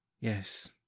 Yes